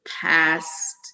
past